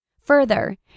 Further